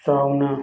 ꯆꯥꯎꯅ